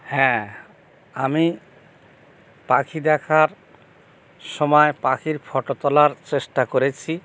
হ্যাঁ আমি পাখি দেখার সময় পাখির ফোটো তোলার চেষ্টা করেছি